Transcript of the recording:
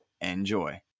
Enjoy